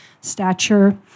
stature